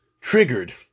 triggered